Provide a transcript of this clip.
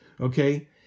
Okay